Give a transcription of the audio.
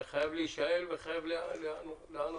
היה חייה להישאל וחייב להיאמר.